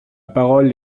parole